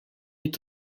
est